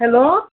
hello